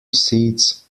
seats